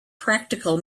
practical